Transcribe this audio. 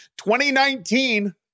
2019